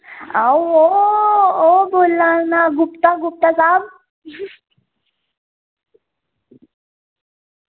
ईं यरो ओह् कोलै आना गुप्ता गुप्ता साहब